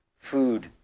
Food